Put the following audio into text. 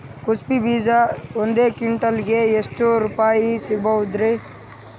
ಕುಸಬಿ ಬೀಜ ಒಂದ್ ಕ್ವಿಂಟಾಲ್ ಗೆ ಎಷ್ಟುರುಪಾಯಿ ಸಿಗಬಹುದುರೀ?